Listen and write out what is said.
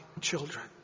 children